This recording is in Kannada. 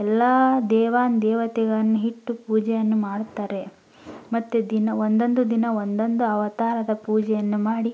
ಎಲ್ಲ ದೇವಾನು ದೇವತೆಗಳನ್ನು ಇಟ್ಟು ಪೂಜೆಯನ್ನು ಮಾಡುತ್ತಾರೆ ಮತ್ತು ದಿನಾ ಒಂದೊಂದು ದಿನ ಒಂದೊಂದು ಅವತಾರದ ಪೂಜೆಯನ್ನು ಮಾಡಿ